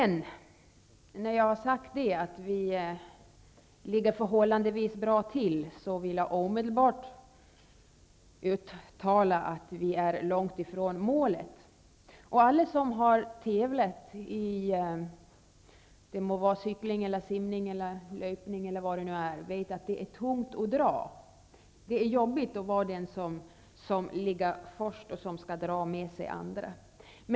När jag nu har sagt att vi ligger förhållandevis bra till, vill jag omedelbart säga att vi är långt från målet. Alla som har tävlat i simning, cykling, löpning eller vad det kan vara, vet att det är tungt att dra. Det är jobbigt att vara den som ligger först och som skall dra med sig andra.